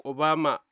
Obama